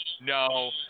no